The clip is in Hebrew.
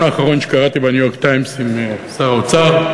האחרון שקראתי ב"ניו-יורק טיימס" עם שר האוצר,